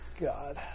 God